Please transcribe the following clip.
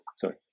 sorry